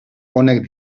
honek